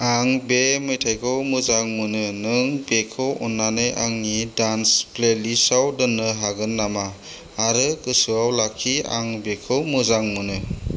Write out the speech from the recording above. आं बे मेथायखौ मोजां मोनो नों बेखौ अन्नानै आंनि डान्स प्लेलिस्टाव दोन्नो हागोन नामा आरो गोसोआव लाखि आं बेखौ मोजां मोनो